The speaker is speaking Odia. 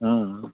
ହୁଁ